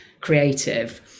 creative